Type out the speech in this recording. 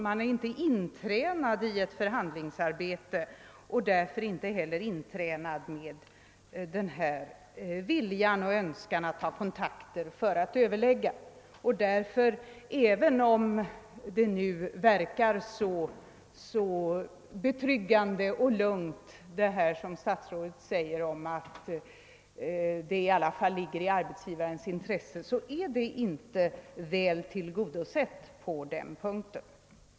Man är inte tränad i förhandlingsarbete, varför man inte heller har någon vilja att ta kontakt för överläggningar. Även om det nu verkar så betryggande och lugnt att det, som statsrådet säger, ligger i arbetsgivarens intresse, är allt inte väl tillgodosett på denna punkt.